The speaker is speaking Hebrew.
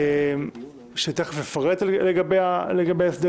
שעוד מעט אפרט לגביהם,